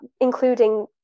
including